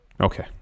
Okay